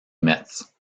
metz